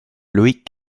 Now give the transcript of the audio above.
loïc